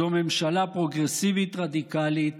זו ממשלה פרוגרסיבית רדיקלית,